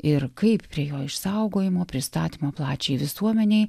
ir kaip prie jo išsaugojimo pristatymo plačiai visuomenei